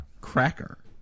Cracker